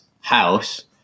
house